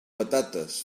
patates